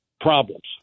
problems